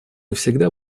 всегда